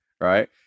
right